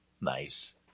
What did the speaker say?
nice